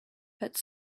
but